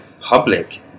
public